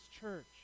church